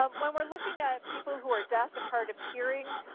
um when we are looking at people who are deaf and hard of hearing,